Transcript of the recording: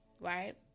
right